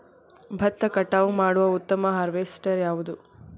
ಭತ್ತ ಕಟಾವು ಮಾಡುವ ಉತ್ತಮ ಹಾರ್ವೇಸ್ಟರ್ ಯಾವುದು?